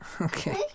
Okay